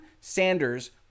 Sanders